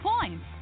points